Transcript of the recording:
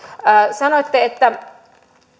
sanoitte että